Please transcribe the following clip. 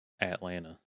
Atlanta